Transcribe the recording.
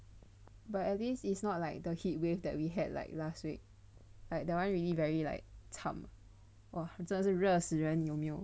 but at least it's not like the heat wave that we had like last week like that one really very like cham !wah! 真的是热死人有没有